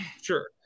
Sure